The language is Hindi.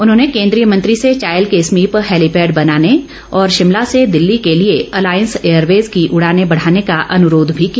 उन्होंने केन्द्रीय मंत्री से चायल के समीप हैलीपैड बनाने और शिमला से दिल्ली के लिए एलांयस एयरवेज की उडाने बढाने का अनुरोध भी किया